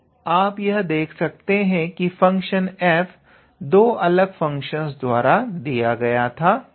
तो आप यह देख सकते हैं की फंक्शन f दो अलग फंक्शंस द्वारा दिया गया था